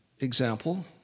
Example